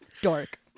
dork